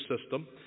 system